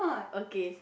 okay